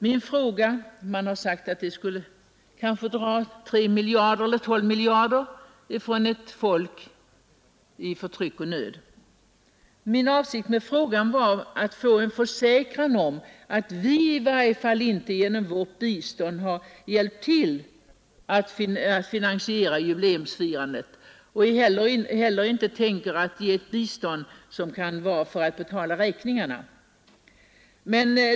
Man har sagt att spektaklet kostade någonting mellan 3 och 12 miljarder — pengar som tagits från ett folk i nöd och förtryck. Avsikten med min fråga var att få en försäkran om att vi inte genom vårt bistånd har hjälpt till att finansiera jubileumsfestligheterna i Iran och att vi inte heller tänker ge bistånd, som kan användas för att betala sådana räkningar med.